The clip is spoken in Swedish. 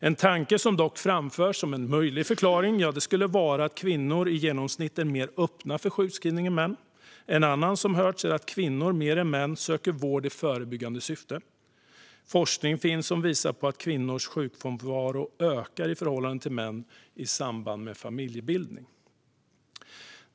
En tanke som dock framförs som en möjlig förklaring skulle vara att kvinnor i genomsnitt är mer öppna för sjukskrivning än män. En annan som hörts är att kvinnor mer än män söker vård i förebyggande syfte. Forskning finns som visar på att kvinnors sjukfrånvaro ökar i förhållande till mäns i samband med familjebildning.